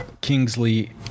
Kingsley